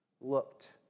looked